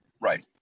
Right